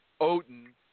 Odin